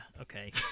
okay